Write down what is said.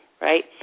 right